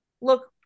look